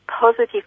positive